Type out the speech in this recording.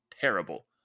terrible